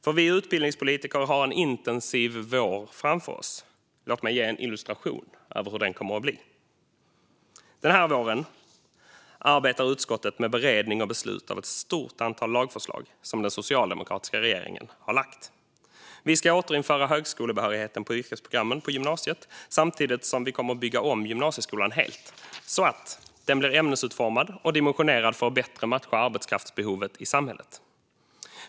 Vi utbildningspolitiker har en intensiv vår framför oss. Låt mig ge en illustration av hur den kommer att bli. Den här våren arbetar utskottet med beredning och beslut av ett stort antal lagförslag som den socialdemokratiska regeringen har lagt. Vi ska återinföra högskolebehörigheten på yrkesprogrammen på gymnasiet samtidigt som vi kommer att bygga om gymnasieskolan helt så att den blir ämnesutformad och dimensionerad för att bättre matcha arbetskraftsbehovet i samhället.